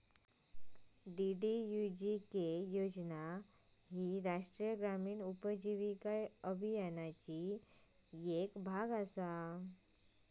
DDUGK योजना ह्या राष्ट्रीय ग्रामीण उपजीविका अभियानाचो येक भाग असा